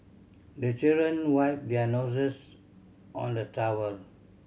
the children wipe their noses on the towel